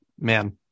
man